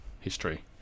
history